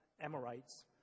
Amorites